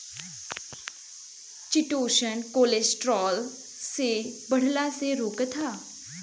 chitosan cholesterol के बढ़ला से रोकत हअ